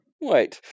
Wait